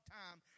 time